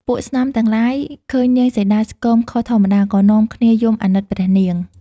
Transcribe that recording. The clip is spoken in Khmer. ពួកស្នំទាំងឡាយឃើញនាងសីតាស្គមខុសធម្មតាក៏នាំគ្នាយំអាណិតព្រះនាង។